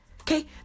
Okay